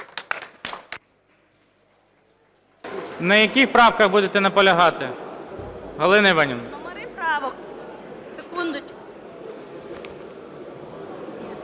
На яких правках будете наполягати, Галина Іванівна?